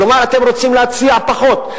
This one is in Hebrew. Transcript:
כלומר, אתם רוצים להציע פחות.